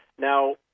Now